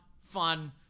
fun